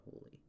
holy